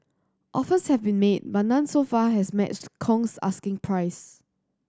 offers have been made but none so far has matched Kong's asking price